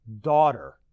daughter